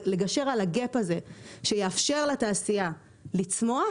לגשר על הגאפ הזה שיאפשר לתעשייה לצמוח,